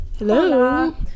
Hello